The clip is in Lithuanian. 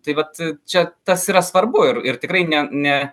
tai vat čia tas yra svarbu ir ir tikrai ne ne